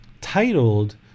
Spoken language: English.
titled